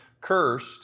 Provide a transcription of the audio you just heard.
cursed